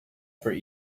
for